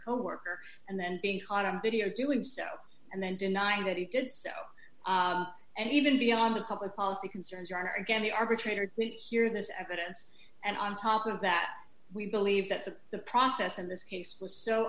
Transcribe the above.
coworker and then being caught on video doing so and then denying that he did so and even beyond the public policy concerns you are again the arbitrator hear this evidence and on top of that we believe that the the process in this case was so